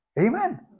Amen